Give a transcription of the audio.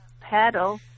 paddle